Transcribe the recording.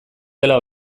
dela